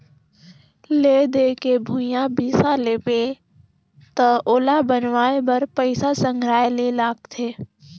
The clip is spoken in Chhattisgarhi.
ले दे के भूंइया बिसा लेबे त ओला बनवाए बर पइसा संघराये ले लागथे